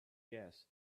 gas